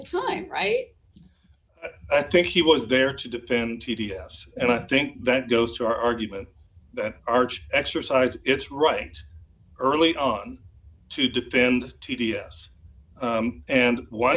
time right i think he was there to defend t d s and i think that goes to our argument that arch exercise its right early on to defend t d s and wh